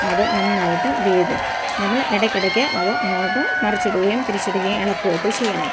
അത് നന്നായിട്ട് വേകും നമ്മൾ ഇടയ്ക്ക് ഇടയ്ക്ക് അത് അങ്ങോട്ട് മറിച്ചിടുകയും തിരിച്ചിടുകയും ഇളക്കുകയൊക്കെ ചെയ്യണം